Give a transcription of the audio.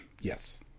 Yes